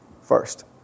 first